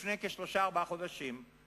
לפני כשלושה-ארבעה חודשים,